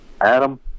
Adam